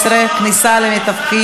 19) (כניסה למטווחים),